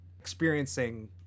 experiencing